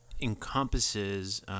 encompasses